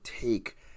take